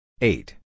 Eight